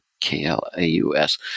K-L-A-U-S